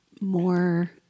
more